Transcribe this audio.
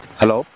hello